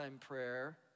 prayer